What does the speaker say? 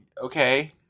okay